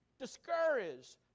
discouraged